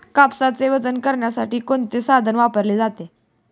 कापसाचे वजन करण्यासाठी कोणते साधन वापरले जाते?